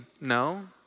No